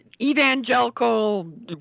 evangelical